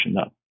up